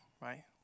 right